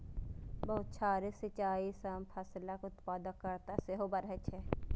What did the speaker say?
बौछारी सिंचाइ सं फसलक उत्पादकता सेहो बढ़ै छै